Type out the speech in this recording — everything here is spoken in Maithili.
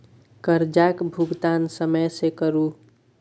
करजाक भूगतान समय सँ करु